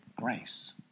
grace